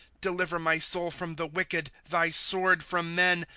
deliver my soul from the wicked, thy sword, from men,